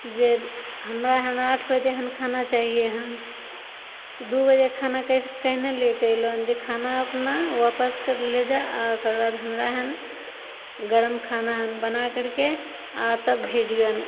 जे हमरा हँ आठ बजे हँ खाना चाहिए हँ दुइ बजे खाना कइसे कहिने लैके अएलहो हँ खाना जे अपना वापस करि ले जा हमरा हँ गरम खाना बना करिके आओर तब भेजिहऽ हँ